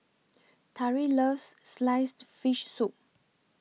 Tari loves Sliced Fish Soup